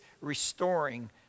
restoring